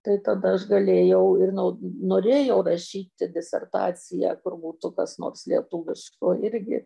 tai tada aš galėjau ir nau norėjau rašyti disertaciją kur būtų kas nors lietuviško irgi